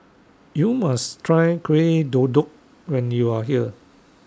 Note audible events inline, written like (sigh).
YOU must Try Kueh (unintelligible) when YOU Are here